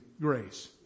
grace